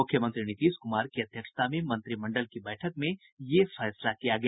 मुख्यमंत्री नीतीश कुमार की अध्यक्षता में मंत्रिमंडल की बैठक में ये फैसला किया गया